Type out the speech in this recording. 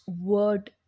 word